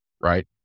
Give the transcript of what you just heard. right